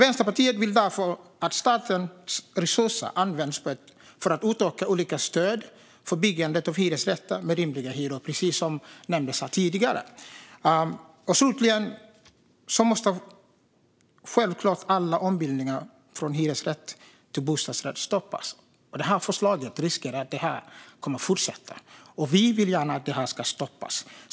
Vänsterpartiet vill därför att statens resurser används för att utöka olika stöd för byggandet av hyresrätter med rimliga hyror, precis som nämndes här tidigare. Slutligen måste självklart alla ombildningar från hyresrätt till bostadsrätt stoppas. Med det här förslaget riskerar det att fortsätta. Vi vill gärna att det stoppas.